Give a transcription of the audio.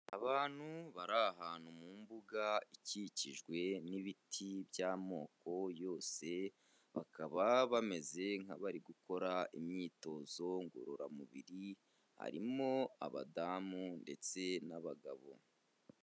Abantu bari ahantu mu mbuga ikikijwe n'ibiti by'amoko yose, bakaba bameze nk'abari gukora imyitozo ngororamubiri, harimo abadamu ndetse n'abagabo.